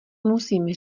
musím